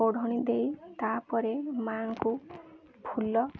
ଓଢ଼ଣି ଦେଇ ତାପରେ ମାଆଙ୍କୁ ଫୁଲ